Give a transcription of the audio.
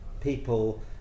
people